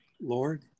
Lord